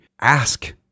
Ask